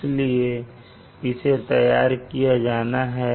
इसलिए इसे तैयार किया जाना है